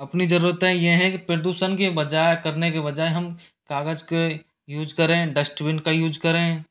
अपनी ज़रूरतें ये हैं कि प्रदूषण के बजाय करने के बजाय हम कागज़ का यूज करें डस्टबिन का यूज करें